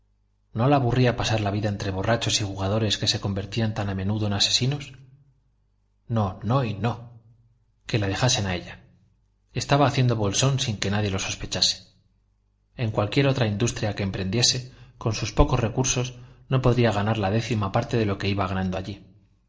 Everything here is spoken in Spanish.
no la aburría pasar la vida entre borrachos y jugadores que se convertían tan a menudo en asesinos no no y no que la dejasen a ella estaba haciendo bolsón sin que nadie lo sospechase en cualquier otra industria que emprendiese con sus pocos recursos no podría ganar la décima parte de lo que iba ganando allí